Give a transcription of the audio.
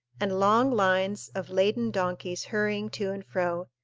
and long lines of laden donkeys hurrying to and fro,